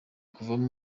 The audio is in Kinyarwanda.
kuvamo